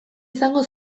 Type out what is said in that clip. izango